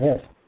yes